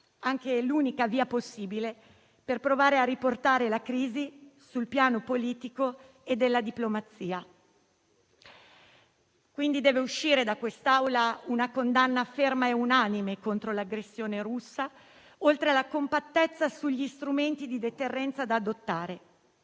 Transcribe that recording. anche l'unica via possibile per provare a riportare la crisi sul piano politico e della diplomazia. Deve quindi uscire da quest'Aula una condanna ferma e unanime contro l'aggressione russa, oltre alla compattezza sugli strumenti di deterrenza da adottare.